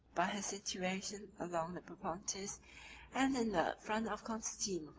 by his situation along the propontis and in the front of constantinople.